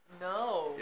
no